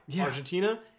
Argentina